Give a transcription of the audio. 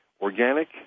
Organic